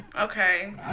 Okay